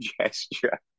gesture